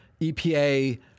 EPA